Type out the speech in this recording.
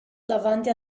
davanti